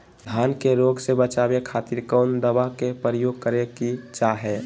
धान के रोग से बचावे खातिर कौन दवा के उपयोग करें कि चाहे?